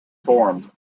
formed